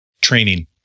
training